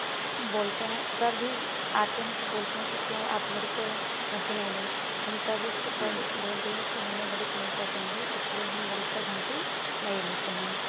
बोलते हैं सर भी आते हैं तो बोलते हैं कि क्यों आप गणित का घंटी नहीं ली हम सर जी से बोल बोल दिए कि हमें गणित नहीं पसंद है इसलिए हम गणित का घंटी नहीं लेते हैं